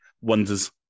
wonders